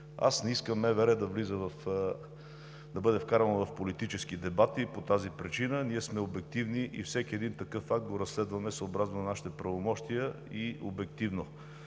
аз не искам МВР да бъде вкарвано в политически дебат по тази причина. Ние сме обективни и всеки такъв акт го разследваме съобразно нашите правомощия и обективно.